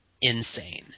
insane